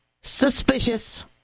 suspicious